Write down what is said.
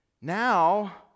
Now